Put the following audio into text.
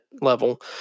level